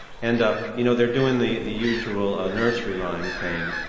and you know they're doing the the usual nursery rhyme thing,